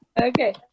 Okay